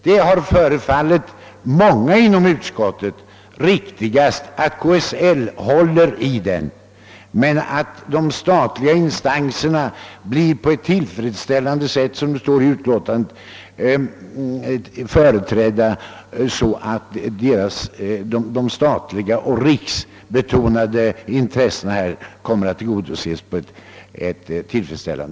Det har förefallit många inom utskottet riktigast att KSL håller i den men att de statliga instanserna på ett tillfredsställande sätt, som det står i utlåtandet, blir företrädda så att riksintressena blir tillgodosedda.